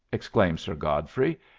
exclaimed sir godfrey,